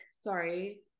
Sorry